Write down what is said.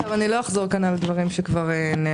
לא אחזור על הדברים שנאמרו.